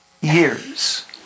years